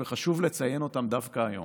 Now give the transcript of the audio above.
וחשוב לציין אותם דווקא היום,